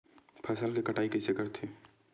फसल के कटाई कइसे करथे?